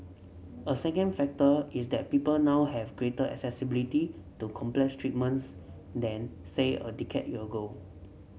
a second factor is that people now have greater accessibility to complex treatments than say a decade ago